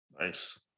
Nice